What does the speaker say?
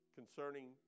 concerning